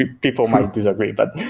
ah people might disagree but